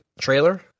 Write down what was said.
trailer